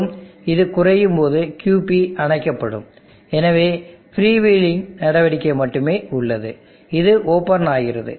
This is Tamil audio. மற்றும் இது குறையும்போது QP அணைக்கப்படும் இங்கே ஃப்ரீவீலிங் நடவடிக்கை மட்டுமே உள்ளது இது ஓபன் ஆகிறது